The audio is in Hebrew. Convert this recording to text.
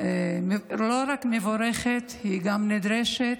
לא רק מבורכת, היא גם נדרשת,